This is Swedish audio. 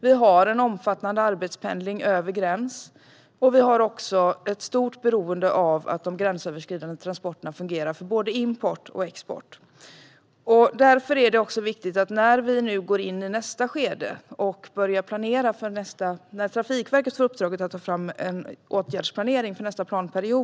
Vi har en omfattande arbetspendling över gränserna. Det finns också ett stort beroende av att de gränsöverskridande transporterna fungerar för både import och export. Trafikverket har fått i uppdrag att ta fram en åtgärdsplanering för nästa planperiod.